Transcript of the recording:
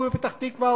ובפתח-תקווה,